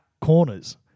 corners